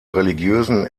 religiösen